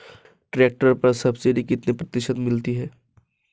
Tractor पर subsidy कितने प्रतिशत मिलती है?